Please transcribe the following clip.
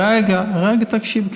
רגע, תקשיבי.